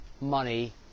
money